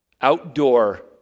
outdoor